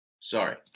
Sorry